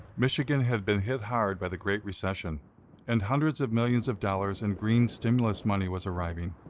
michigan had been hit hard by the great recession and hundreds of millions of dollars in green stimulus money was arriving.